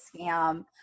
scam